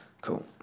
cool